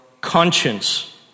conscience